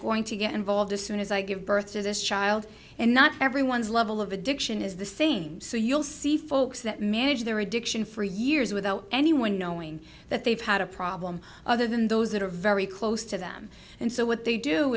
going to get involved as soon as i give birth to this child and not everyone's level of addiction is the same so you'll see folks that manage their addiction for years without anyone knowing that they've had a problem other than those that are very close to them and so what they do